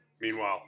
Meanwhile